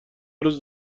روز